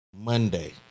Monday